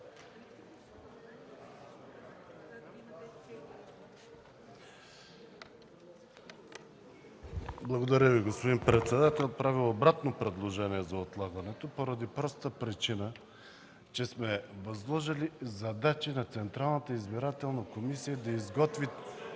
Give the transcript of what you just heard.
Благодаря Ви, господин председател. Правя обратно предложение за отлагането, поради простата причина, че сме възложили задача на Централната избирателна комисия да изготви...